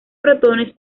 protones